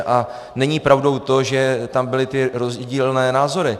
A není pravdou to, že tam byly rozdílné názory.